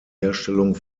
herstellung